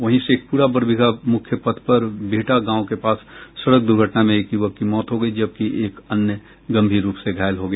वहीं शेखपुरा बरबीघा मुख्य पथ पर बीहटा गांव के पास सड़क दुर्घटना में एक युवक की मौत हो गई जबकि एक अन्य गंभीर रूप से घायल हो गया